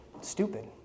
stupid